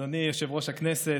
תודה, אדוני יושב-ראש הכנסת.